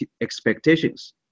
expectations